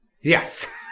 Yes